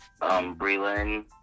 Breland